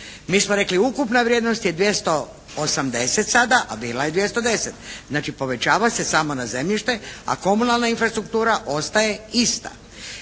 Mi smo rekli ukupna vrijednost je 280 sada, a bila je 210. Znači povećava se samo na zemljište, a komunalna infrastruktura ostaje ista.